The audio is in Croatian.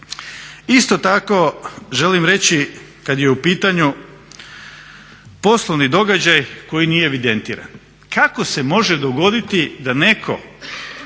Isto tako želim reći kad je u pitanju poslovni događaj koji nije evidentiran, kako se može dogoditi da neko